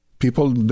people